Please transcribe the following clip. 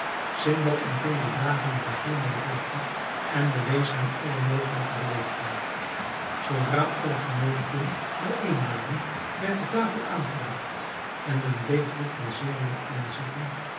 sindbad ontving den drager met een vriendelijk lachje en bewees hem alle mogelijke beleefdheid zoodra alle genoodigden bijéén waren werd de tafel aangerigt en men bleef ditmaal zeer lang aanzitten